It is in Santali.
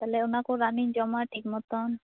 ᱛᱟᱦᱚᱞᱮ ᱚᱱᱟᱠᱚ ᱨᱟᱱᱤᱧ ᱡᱚᱢᱟ ᱴᱷᱤᱠ ᱢᱚᱛᱚᱱ